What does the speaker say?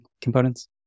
components